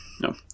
No